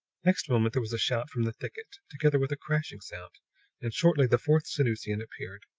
next moment there was a shout from the thicket, together with a crashing sound and shortly the fourth sanusian appeared.